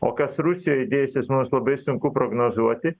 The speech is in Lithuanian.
o kas rusijoj dėsis mums labai sunku prognozuoti